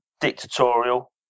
dictatorial